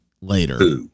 later